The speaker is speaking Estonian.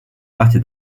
lahti